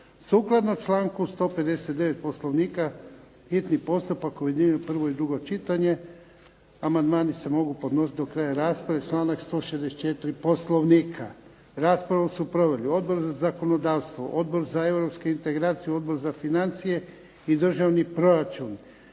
Sukladno članku 159. Poslovnika hitni postupak objedinjuje prvo i drugo čitanje. Amandmani se mogu podnositi do kraja rasprave, članak 164. Poslovnika. Raspravu su proveli Odbor za zakonodavstvo, Odbor za europske integracije, Odbor za financije i državni proračun.